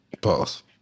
Pause